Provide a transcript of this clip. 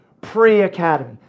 pre-academy